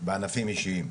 בענפים אישיים.